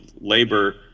labor